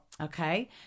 okay